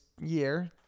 year